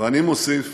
ואני מוסיף: